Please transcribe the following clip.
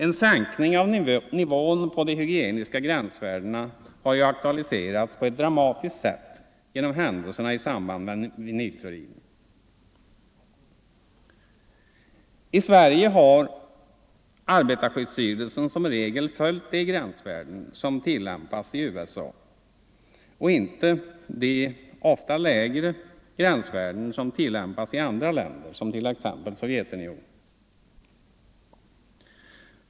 En sänkning av nivån på de hygieniska gränsvärdena har ju aktualiserats på ett drastiskt sätt genom händelserna i samband med vinylkloriden. I Sverige har arbetarskyddsstyrelsen som regel följt de grän man tillämpar i USA och inte de, ofta lägre, gränsvärden som tillämpas i andra länder som it.ex. Sovjetunionen.